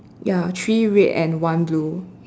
ya three red and one blue